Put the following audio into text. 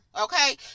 Okay